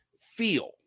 feel